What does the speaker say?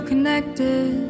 connected